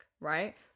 Right